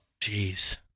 Jeez